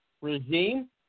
regime